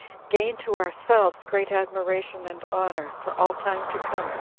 gain to ourselves great admiration and honor for all time to come.